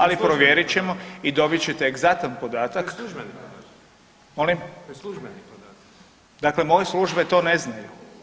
Ali, provjerit ćemo i dobit ćete egzaktan podatak [[Upadica: Službeni?]] Molim? [[Upadica: To je službeni podatak.]] Dakle moje službe to ne znaju.